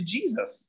Jesus